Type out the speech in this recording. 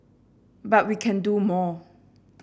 but we can do more